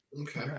Okay